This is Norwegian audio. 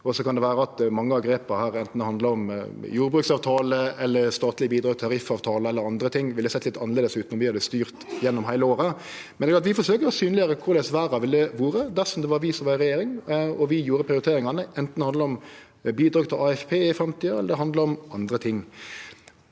Det kan vere at mange av grepa her, anten det handlar om jordbruksavtale, statlege bidrag, tariffavtale eller andre ting, ville sett litt annleis ut om vi hadde styrt gjennom heile året. Men eg meiner at vi forsøkjer å synleggjere korleis verda ville vore dersom det var vi som var i regjering, og vi gjorde prioriteringane, anten det handlar om bidrag til AFP i framtida, eller det handlar om andre ting.